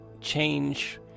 change